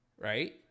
right